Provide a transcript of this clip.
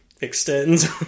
extends